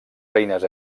reines